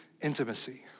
intimacy